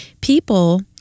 people